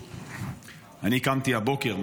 אני קמתי הבוקר,